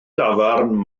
dafarn